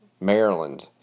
Maryland